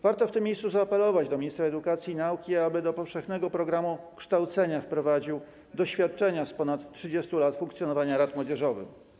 Warto w tym miejscu zaapelować do ministra edukacji i nauki, aby do powszechnego programu kształcenia wprowadził doświadczenia z ponad 30 lat funkcjonowania rad młodzieżowych.